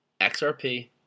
XRP